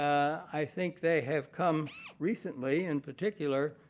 i think they have come recently, in particular,